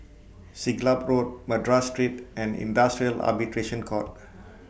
Siglap Road Madras Street and Industrial Arbitration Court